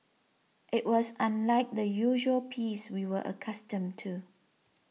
it was unlike the usual peace we were accustomed to